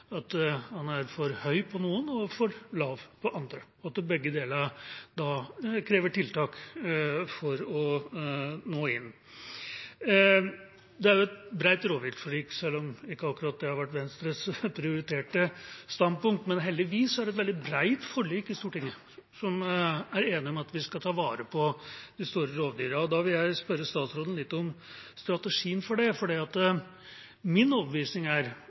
at bestanden er for høy for noen og for lav for andre – og at begge deler krever tiltak for å nå inn. Det er jo et bredt rovviltforlik, selv om det ikke akkurat har vært Venstres prioriterte standpunkt. Heldigvis er det et veldig bredt forlik i Stortinget, der vi er enige om å ta vare på de store rovdyrene. Da vil jeg spørre statsråden litt om strategien for det, for min overbevisning er at det å spille på de moderate kreftene er